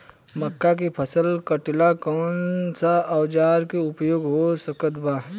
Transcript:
मक्का के फसल कटेला कौन सा औजार के उपयोग हो सकत बा?